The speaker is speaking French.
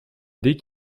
dès